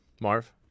marv